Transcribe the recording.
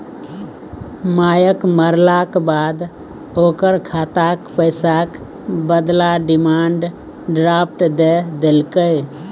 मायक मरलाक बाद ओकर खातक पैसाक बदला डिमांड ड्राफट दए देलकै